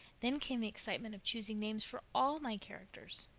then came the excitement of choosing names for all my characters.